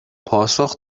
پاسخ